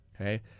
okay